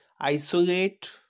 Isolate